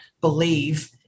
believe